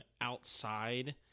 outside